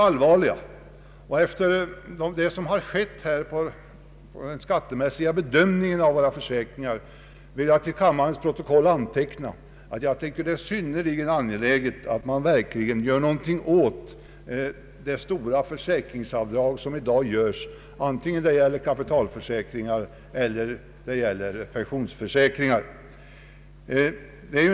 Frågan om den skattemässiga bedömningen av försäkringarna är mycket allvarlig. Jag vill till kammarens protokoll anteckna, att jag anser att det är synnerligen angeläget att man verkligen gör någonting åt de stora försäkringsavdrag som i dag görs, antingen det nu gäller kapitalförsäkringar eller pensionsförsäkringar.